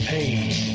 Pain